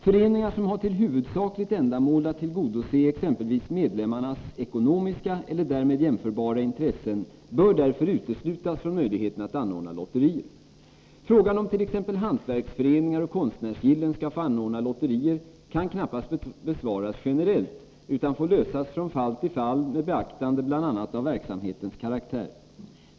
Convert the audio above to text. Föreningar som har till huvudsakligt ändamål att tillgodose exempelvis medlemmarnas ekonomiska eller därmed jämförbara intressen bör därför uteslutas från möjligheten att anordna lotterier. Frågan om t.ex. hantverksföreningar och konstnärsgillen skall få anordna lotterier kan knappast besvaras generellt, utan det får lösas från fall till fall med beaktande bl.a. av verksamhetens karaktär.